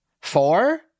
Four